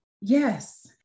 Yes